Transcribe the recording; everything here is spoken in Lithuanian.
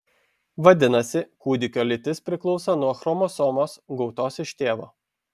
vadinasi kūdikio lytis priklauso nuo chromosomos gautos iš tėvo